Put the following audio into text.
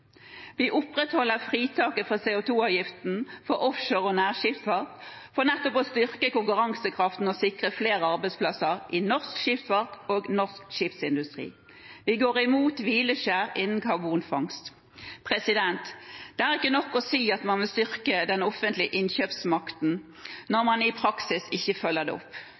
Vi opprettholder fritaket fra CO 2 -avgiften for offshore- og nærskipsfart, for nettopp å styrke konkurransekraften og sikre flere arbeidsplasser i norsk skipsfart og norsk skipsindustri. Vi går imot hvileskjær innen karbonfangst. Det er ikke nok å si at man vil styrke den offentlige innkjøpsmakten, når man i praksis ikke følger det opp.